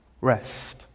rest